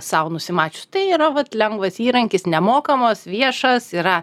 sau nusimačius tai yra vat lengvas įrankis nemokamas viešas yra